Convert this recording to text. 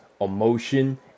emotion